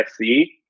see